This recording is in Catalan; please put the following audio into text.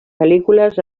pel·lícules